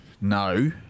No